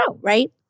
right